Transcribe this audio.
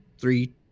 three